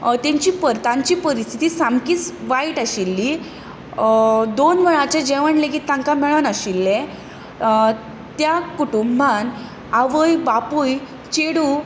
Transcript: तांची परिस्थिती सामकीच वायट आशिल्ली दोन वेळाचें जेवण लेगीत तांकां मेळनाशिल्लें त्या कुटूंबान आवय बापूय चेडूं आनी